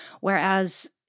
Whereas